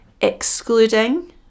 excluding